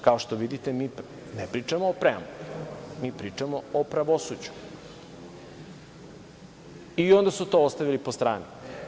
Kao što vidite, mi ne pričamo o preambuli, mi pričamo o pravosuđu, i onda su to ostavili po strani.